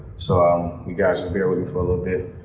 so, you guys just bear with me for a little bit.